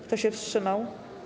Kto się wstrzymał?